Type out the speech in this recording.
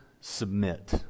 submit